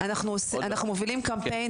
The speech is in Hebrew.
אנחנו מובילים קמפיין,